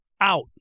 out